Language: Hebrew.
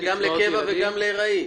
זה גם לקבע וגם לארעי.